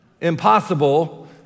impossible